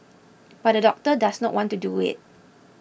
but the doctor does not want to do it